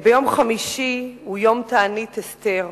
ביום חמישי, הוא יום תענית אסתר,